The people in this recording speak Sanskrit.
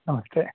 नमस्ते